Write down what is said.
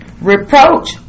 Reproach